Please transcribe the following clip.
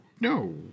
no